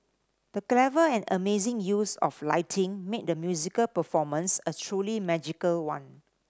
the clever and amazing use of lighting made the musical performance a truly magical one